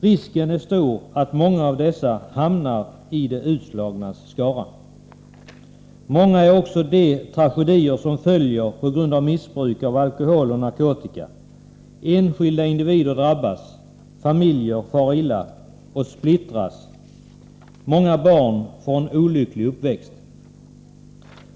Risken är stor att många av dem hamnar i de utslagnas skara. Många är också de tragedier som missbruk av alkohol och narkotika för med sig. Enskilda individer drabbas. Familjer far illa och splittras. Många barn får en olycklig uppväxt.